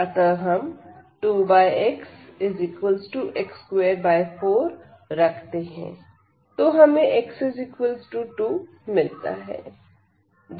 अतः हम 2xx24 रखते हैं तो हमें x2 मिलता है